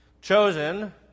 chosen